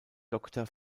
doktor